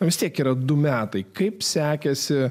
vis tiek yra du metai kaip sekėsi